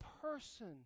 person